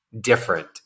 different